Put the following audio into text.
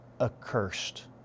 accursed